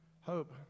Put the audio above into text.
Hope